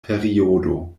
periodo